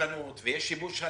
מסוכנות ויש שיבוש הליכים,